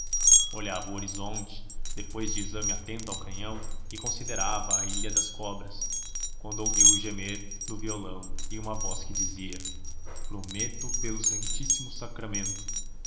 olhava o horizonte depois de exame atento ao canhão e considerava a ilha das cobras quando ouviu o gemer do violão e uma voz que dizia prometo pelo santíssimo sacramento